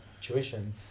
tuition